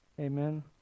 Amen